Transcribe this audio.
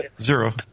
Zero